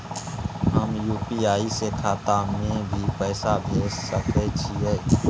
हम यु.पी.आई से खाता में भी पैसा भेज सके छियै?